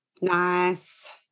Nice